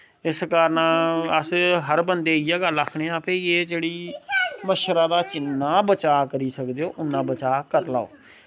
इस कारन अस हर बंदे इयै गल्ल आखने आं भाई एह् जेह्ड़ी मच्छरा दा जिन्ना बचाऽ करी सकदे ओ उन्ना बचाऽ करै लैओ